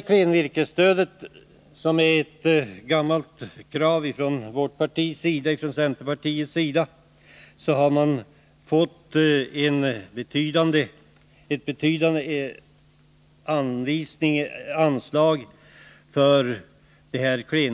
Klenvirkesstödet är ett gammalt krav från centerpartiets sida, och nu har det lämnats ett betydande anslag.